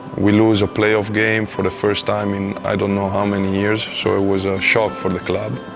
we lost a playoff game for the first time in i don't know how many years, so it was a shock for the club.